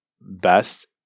best